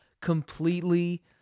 Completely